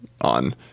on